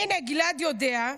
הינה, גלעד יודע.